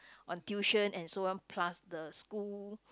on tuition and so on plus the school